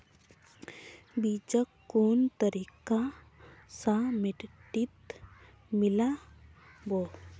बीजक कुन तरिका स मिट्टीत मिला बो